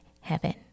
heaven